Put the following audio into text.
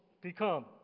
become